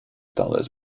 dollars